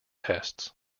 tests